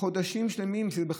חודשים שלמים שמלווים אותו.